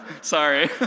sorry